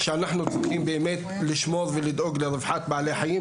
שאנחנו צריכים באמת לשמור ולדאוג לרווחת בעלי החיים,